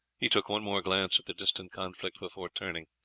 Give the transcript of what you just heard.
he took one more glance at the distant conflict before turning.